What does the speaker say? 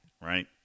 right